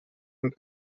und